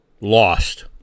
lost